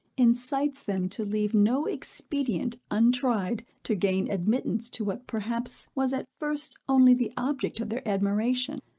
incites them to leave no expedient untried to gain admittance to what perhaps was at first only the object of their admiration,